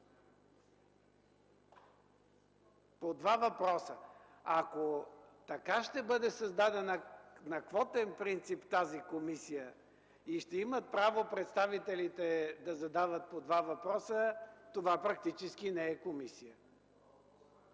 по два въпроса. Ако така ще бъде създадена тази комисия – на квотен принцип, и ще имат право представителите да задават по два въпроса, това практически не е комисия.